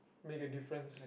make a difference